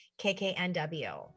KKNW